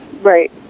Right